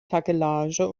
takelage